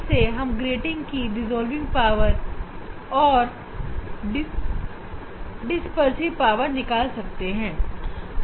जिससे हम ग्रेटिंग की रिजॉल्विंग पावर और तो और डिस्पर्सिव पावर निकाल सकते हैं